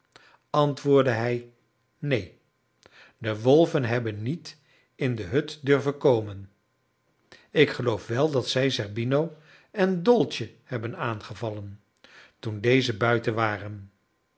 antwoordde hij neen de wolven hebben niet in de hut durven komen ik geloof wel dat zij zerbino en dolce hebben aangevallen toen deze buiten waren